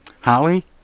Holly